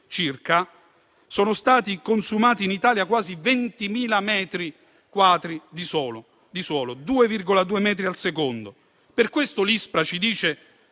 circa, sono stati consumati in Italia quasi 20.000 metri quadri di suolo, 2,2 metri quadri al secondo. Per questo l'ISPRA ci dice